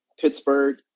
Pittsburgh